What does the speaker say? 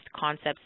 concepts